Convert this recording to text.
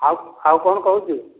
ଆଉ ଆଉ କଣ କହୁଛୁ